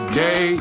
day